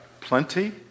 plenty